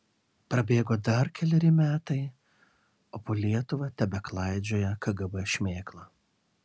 prabėgo dar keleri metai o po lietuvą tebeklaidžioja kgb šmėkla